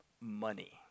Money